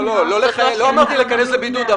לא אמרתי להיכנס לבידוד.